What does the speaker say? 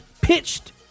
pitched